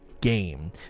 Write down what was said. game